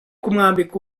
kumwambika